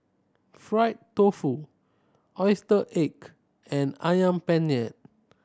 fried tofu oyster ache and Ayam Penyet